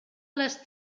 les